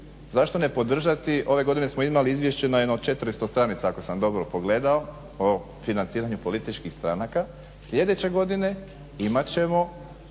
zašto ne podržati. Ove godine smo imali izvješće na jedno 400 stranica ako sam dobro pogledao o financiranju političkih stranaka. Sljedeće godine imat ćemo